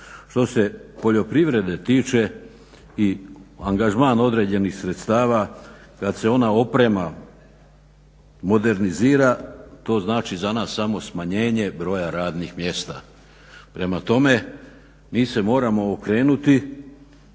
Što se poljoprivrede tiče i angažman određenih sredstava kad se ona oprema modernizira, to znači za nas samo smanjenje broja radnih mjesta. Prema tome mi se moramo okrenuti